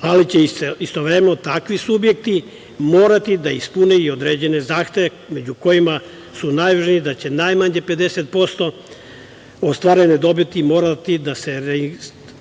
ali će istovremeno takvi morati da ispune i određene zahteve, među kojima su najvažniji da će najmanje 50% ostvarene dobiti morati da se